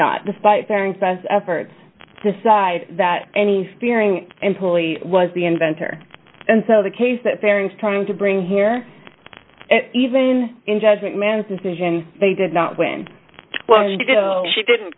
not despite parents best efforts decide that any spearing employee was the inventor and so the case that parents trying to bring here even in judgment man's decision they did not win well she didn't